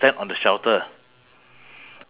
so I landed down